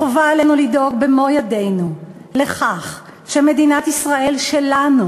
חובה עלינו לדאוג במו ידינו לכך שמדינת ישראל שלנו